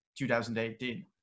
2018